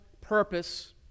purpose